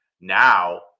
now